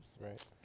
right